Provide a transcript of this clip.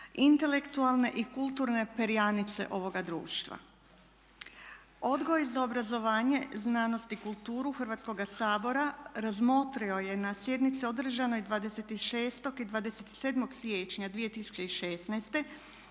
intelektualne i kulturne perjanice ovoga društva. Odbor za obrazovanje, znanost i kulturu Hrvatskoga sabora razmotrio je na sjednici održanoj 26. i 27. siječnja 2016.